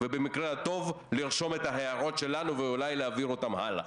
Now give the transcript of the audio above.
ובמקרה הטוב לרשום את ההערות שלנו ואולי להעביר אותן הלאה.